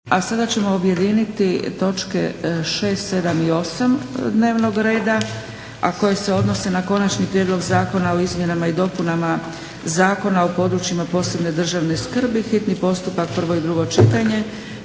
A sada ćemo objediniti točke 6, 7 i 8 dnevnog reda 6. Prijedlog zakona o izmjenama i dopunama Zakona o područjima posebne državne skrbi, s konačnim prijedlogom zakona,